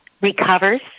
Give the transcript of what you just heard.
recovers